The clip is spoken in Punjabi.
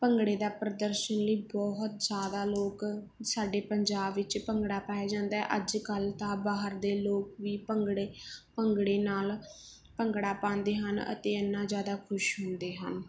ਭੰਗੜੇ ਦਾ ਪ੍ਰਦਰਸ਼ਨ ਲਈ ਬਹੁਤ ਜ਼ਿਆਦਾ ਲੋਕ ਸਾਡੇ ਪੰਜਾਬ ਵਿੱਚ ਭੰਗੜਾ ਪਾਇਆ ਜਾਂਦਾ ਅੱਜ ਕੱਲ੍ਹ ਤਾਂ ਬਾਹਰ ਦੇ ਲੋਕ ਵੀ ਭੰਗੜੇ ਭੰਗੜੇ ਨਾਲ ਭੰਗੜਾ ਪਾਉਂਦੇ ਹਨ ਅਤੇ ਇੰਨਾਂ ਜ਼ਿਆਦਾ ਖੁਸ਼ ਹੁੰਦੇ ਹਨ